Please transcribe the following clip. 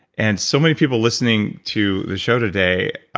and so many people listening to the show today.